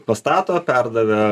pastato perdavė